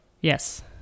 Yes